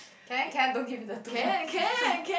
can I can I don't give you the two points